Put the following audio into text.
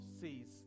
sees